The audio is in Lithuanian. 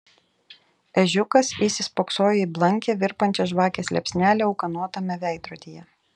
ežiukas įsispoksojo į blankią virpančią žvakės liepsnelę ūkanotame veidrodyje